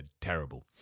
terrible